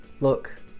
Look